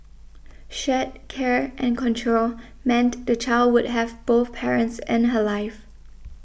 shared care and control meant the child would have both parents in her life